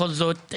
בכל זאת,